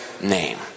name